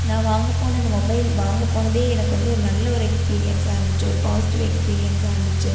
நான் வாங்க போன அந்த மொபைல் வாங்க போனதே எனக்கு வந்து ஒரு நல்ல ஒரு எக்ஸ்பீரியன்ஸா இருந்துச்சு ஒரு பாசிட்டிவ் எக்ஸ்பீரியன்ஸா இருந்துச்சு